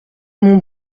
mon